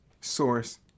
source